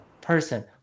person